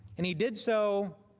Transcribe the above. and he did so